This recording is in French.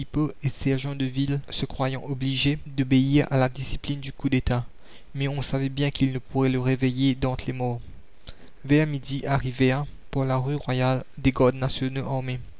et sergents de ville se croyant obligés d'obéir à la discipline du coup d'état mais on savait bien qu'ils ne pourraient le réveiller d'entre les morts vers midi arrivèrent par la rue royale des gardes nationaux